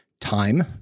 time